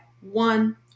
one